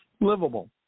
livable